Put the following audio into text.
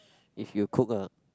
if you cook ah